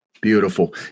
beautiful